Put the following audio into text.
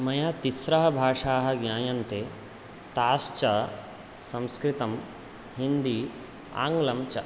मया त्रिस्रः भाषाः ज्ञायन्ते ताश्च संस्कृतं हिन्दी आङ्ग्लं च